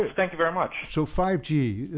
ah thank you very much. so five g,